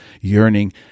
yearning